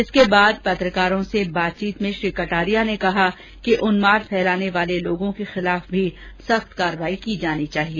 इसके बाद पत्रकारों से बातचीत में श्री कटारिया ने कहा कि उन्माद फैलाने वाले लोगों के खिलाफ भी सख्त कार्रवाई की जानी चाहिए